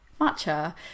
matcha